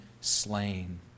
slain